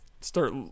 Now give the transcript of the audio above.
start